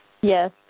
Yes